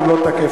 מה,